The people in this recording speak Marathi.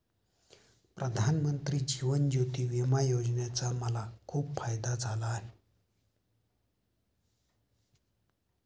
प्रधानमंत्री जीवन ज्योती विमा योजनेचा मला खूप फायदा झाला आहे